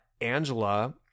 Angela